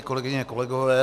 Kolegyně, kolegové.